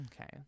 Okay